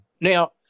Now